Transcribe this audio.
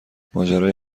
ماجرای